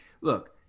look